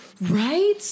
Right